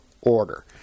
order